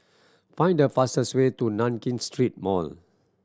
find the fastest way to Nankin Street Mall